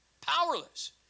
Powerless